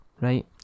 right